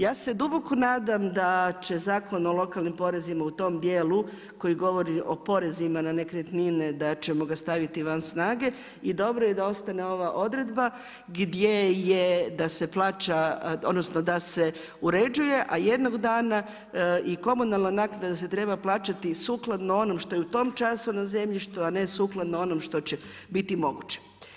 Ja se duboko nadam da će Zakon o lokalnim porezima u tom dijelu koji govori o porezima na nekretnine da ćemo ga staviti van snage i dobro je ostane ova odredba gdje je da se uređuje, a jednog dana i komunalna naknada se treba plaćati sukladno onom što je u tom času na zemljištu, a ne sukladno onom što će biti moguće.